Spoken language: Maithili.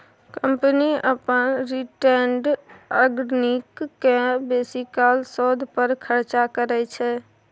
कंपनी अपन रिटेंड अर्निंग केँ बेसीकाल शोध पर खरचा करय छै